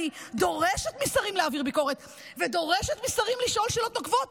אני דורשת משרים להעביר ביקורת ודורשת משרים לשאול שאלות נוקבות.